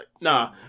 Nah